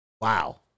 Wow